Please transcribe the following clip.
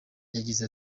yagize